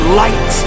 light